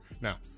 Now